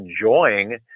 enjoying